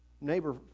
neighbor